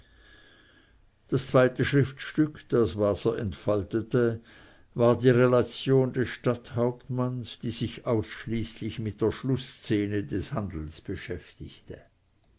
das zweite schriftstück das waser entfaltete war die relation des stadthauptmanns die sich ausschließlich mit der schlußszene des handels beschäftigte